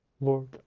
Lord